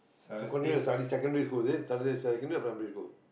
to continue your studies secondary school is it se~ you came here secondary or primary school